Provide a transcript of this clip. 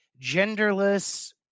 genderless